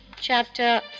Chapter